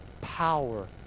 power